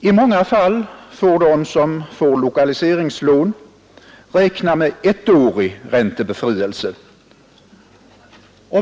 I många fall får de som får lokaliseringslån räkna med ettårig räntebefrielse.